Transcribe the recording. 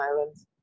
Islands